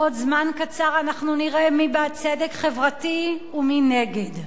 בעוד זמן קצר אנחנו נראה מי בעד צדק חברתי ומי נגד,